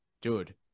dude